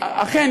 אכן,